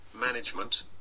management